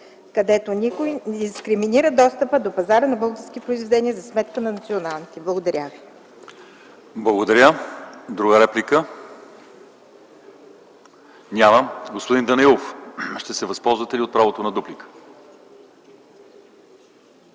където никой не дискриминира достъпа до пазара на български произведения за сметка на националните. Благодаря. ПРЕДСЕДАТЕЛ ЛЪЧЕЗАР ИВАНОВ: Благодаря. Друга реплика? Няма. Господин Данаилов, ще се възползвате ли от правото си на дуплика?